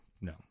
No